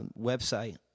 website